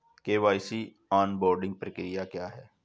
KYC onboarding प्रक्रिया क्या है?